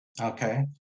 Okay